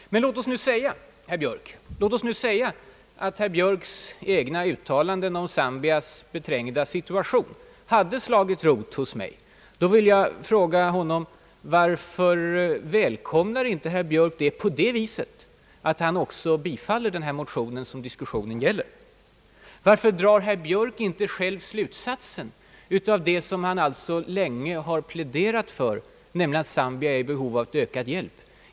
Men om det nu skulle vara så, att herr Björks egna uttalanden om Zambias beträngda situation hade slagit rot hos mig, vill jag fråga herr Björk varför han inte välkomnar den saken på det sättet att han också biträder den motion som diskussionen gäller. Varför drar herr Björk inte själv slutsatsen av det som han har pläderat för, nämligen att Zambia är i behov av ökad hjälp?